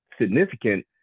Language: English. significant